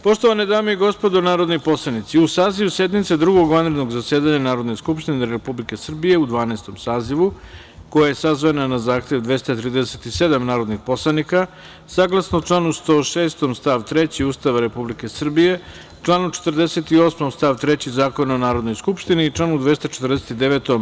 Poštovane dame i gospodo narodni poslanici, uz saziv sednice Drugog vanrednog zasedanja Narodne skupštine Republike Srbije u Dvanaestom sazivu, koja je sazvana na zahtev 237 narodnih poslanika, saglasno članu 106. stav 3. Ustava Republike Srbije, članu 48. stav 3. Zakona o Narodnoj skupštini i članu 249.